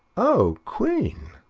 oh! queen,